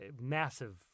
massive